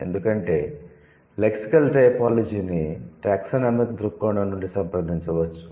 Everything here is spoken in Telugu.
ఎందుకంటే లెక్సికల్ టైపోలాజీని 'టాక్సానమిక్' దృక్కోణం నుండి సంప్రదించవచ్చు